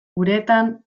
uretan